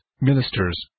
ministers